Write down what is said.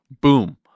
Boom